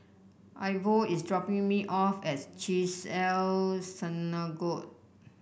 Ivor is dropping me off at Chesed El Synagogue